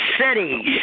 cities